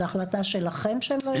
זו החלטה שלכם שהם לא ייצאו?